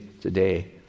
today